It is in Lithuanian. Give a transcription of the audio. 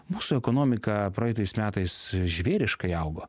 mūsų ekonomika praeitais metais žvėriškai augo